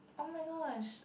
oh my gosh